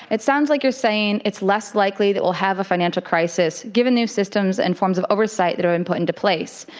it sounds like you're saying it's less likely that we'll have a financial crisis given new systems and forms of oversight that and put into place.